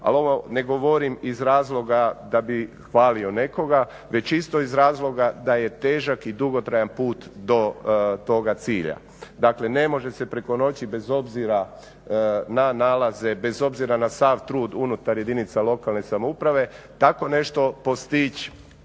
ali ovo ne govorim iz razloga da bih hvalio nekoga već čisto iz razloga da je težak i dugotrajan put do toga cilja. Dakle, ne može se preko noći bez obzira na nalaze, bez obzira na sav trud unutar jedinica lokalne samouprave tako nešto postići